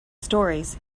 stories